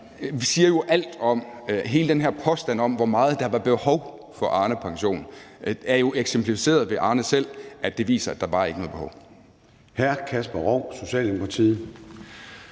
jo siger alt. Hele den her påstand om, hvor meget der var behov for Arnepensionen, er jo eksemplificeret ved Arne selv, og det viser, at der ikke var noget behov. Kl. 13:56 Formanden (Søren